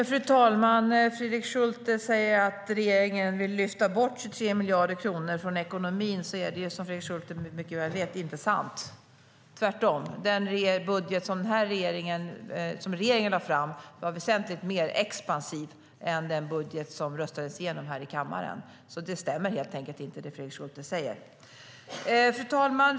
Fru talman! Fredrik Schulte säger att regeringen vill lyfta bort 23 miljarder kronor från ekonomin. Detta är, som Fredrik Schulte mycket väl vet, inte sant. Tvärtom. Den budget som regeringen lade fram var väsentligt mer expansiv än den som röstades igenom här i kammaren. Det Fredrik Schulte säger stämmer helt enkelt inte.